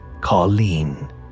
Colleen